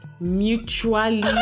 mutually